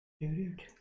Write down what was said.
Dude